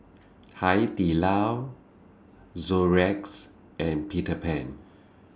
Hai Di Lao Xorex and Peter Pan